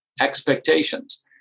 expectations